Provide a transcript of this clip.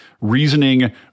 reasoning